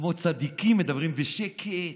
כמו צדיקים, מדברים בשקט,